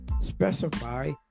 specify